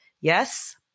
Yes